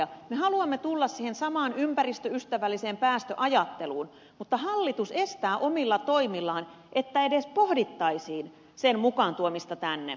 me haluamme tulla siihen samaan ympäristöystävälliseen päästöajatteluun mutta hallitus estää omilla toimillaan sen että edes pohdittaisiin sen mukaantuomista tänne